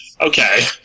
Okay